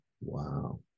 Wow